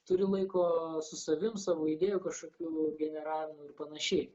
turi laiko su savim savo idėjų kažkokių generavimu ir panašiai